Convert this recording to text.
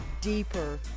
deeper